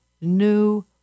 new